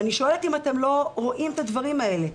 אני שואלת אם אתם לא רואים את הדברים האלה.